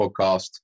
podcast